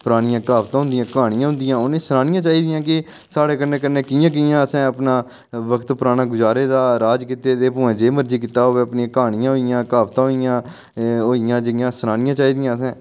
परानियां क्हावतां होंदियां क्हानियां होंदियां उ'नें ई सनानियां चाहिदियां कि साढ़े कन्नै कन्नै कि'यां कि'यां असें अपना वक्त पराना गुजारे दा राज कीते दे भामें जे मर्जी कीता होऐ अपनियां क्हानियां होई गेइयां क्हावतां होई गेइयां जि'यां सनानियां चाहिदियां असें